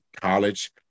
college